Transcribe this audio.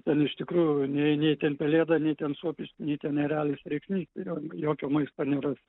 ten iš tikrųjų nei nei ten pelėda nei ten suopis nei ten erelis rėksnys jo jokio maisto neras